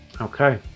Okay